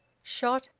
shot,